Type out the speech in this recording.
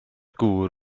gŵr